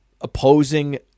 opposing